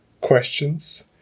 Questions